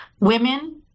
women